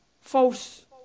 false